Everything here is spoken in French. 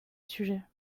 sujet